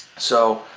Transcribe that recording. so,